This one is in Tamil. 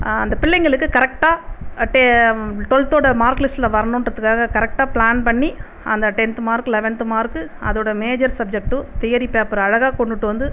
அந்த பிள்ளைங்களுக்கு கரக்ட்டாக டெ டுவெல்த்தோட மார்க்லிஸ்ட்டில் வரணுன்றதுக்காக கரக்ட்டாக பிளான் பண்ணி அந்த டென்த் மார்க் லெவன்த்து மார்க்கு அதோடு மேஜர் சப்ஜெக்ட்டு தியரி பேப்பர் அழகாக கொண்டுட்டு வந்து